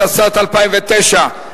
התשס"ט 2009,